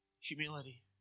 Humility